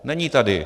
Není tady.